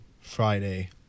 Friday